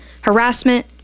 harassment